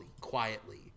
quietly